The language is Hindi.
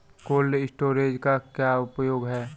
कोल्ड स्टोरेज का क्या उपयोग है?